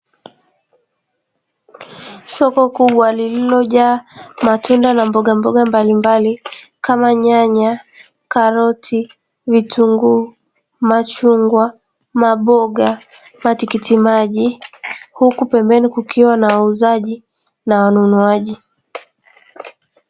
Soko kubwa lililojaa matunda na mbogamboga mbalimbali kama; nyanya, karoti, vitunguu, machungwa, maboga, matikiti maji huku pembeni kukiwa na wauzaji na wanunuaji.